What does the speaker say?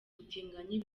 ubutinganyi